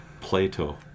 Plato